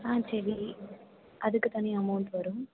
ஆ சரி அதுக்கு தனி அமௌண்ட் வரும்